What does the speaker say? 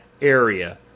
area